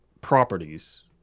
properties